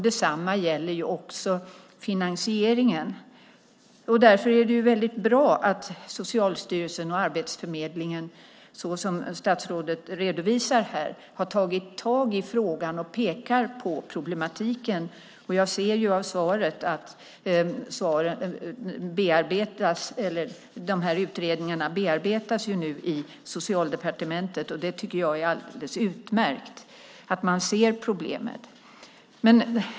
Detsamma gäller också finansieringen. Det är därför bra att Socialstyrelsen och Arbetsförmedlingen, såsom statsrådet redovisar här, har tagit tag i frågan och pekar på problematiken. Jag ser av svaret att utredningarna nu bearbetas i Socialdepartementet. Det är alldeles utmärkt att man ser problemet.